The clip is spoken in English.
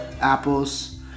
apples